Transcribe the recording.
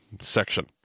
section